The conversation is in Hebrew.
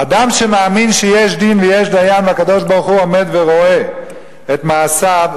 אדם שמאמין שיש דין ויש דיין והקדוש-ברוך-הוא עומד ורואה את מעשיו,